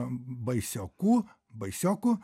baisiokų baisioku